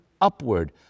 upward